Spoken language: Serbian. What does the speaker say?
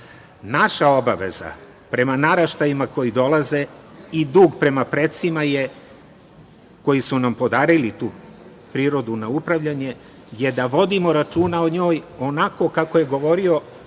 obaveza prema naraštajima koji dolaze i dug prema precima koji su nam podarili tu prirodu na upravljanje je da vodimo računa o njoj onako kako je govorio